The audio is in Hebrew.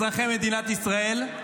אזרחי מדינת ישראל,